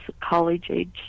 college-age